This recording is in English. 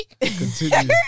continue